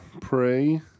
pray